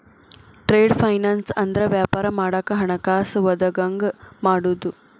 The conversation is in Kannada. ಟ್ರೇಡ್ ಫೈನಾನ್ಸ್ ಅಂದ್ರ ವ್ಯಾಪಾರ ಮಾಡಾಕ ಹಣಕಾಸ ಒದಗಂಗ ಮಾಡುದು